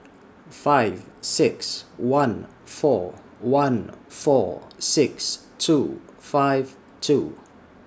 five six one four one four six two five two